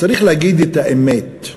צריך להגיד את האמת,